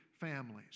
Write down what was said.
families